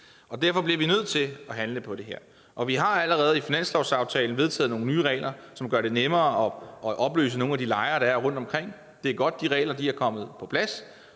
og derfor bliver vi nødt til at handle på det her. Vi har allerede i finanslovsaftalen vedtaget nogle nye regler, som gør det nemmere at opløse nogle af de lejre, der er rundtomkring. Det er godt, at de regler er kommet på plads.